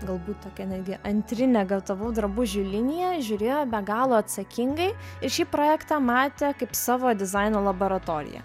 galbūt tokią netgi antrinę gatavų drabužių liniją žiūrėjo be galo atsakingai ir šį projektą matė kaip savo dizaino laboratoriją